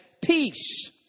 peace